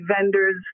vendors